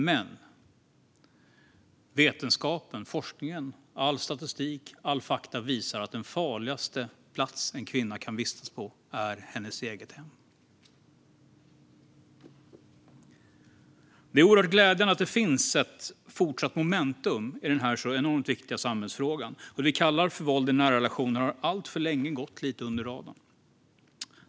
Men vetenskapen, forskningen, all statistik och alla fakta visar att den farligaste platsen en kvinna kan vistas på är hennes eget hem. Det är oerhört glädjande att det finns ett fortsatt momentum i den här så enormt viktiga samhällsfrågan. Det vi kallar för våld i nära relationer har alltför länge gått lite under radarn.